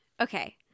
Okay